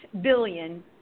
billion